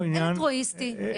אלטרואיסטי.